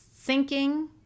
Sinking